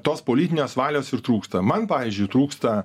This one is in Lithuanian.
tos politinės valios ir trūksta man pavyzdžiui trūksta